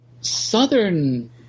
southern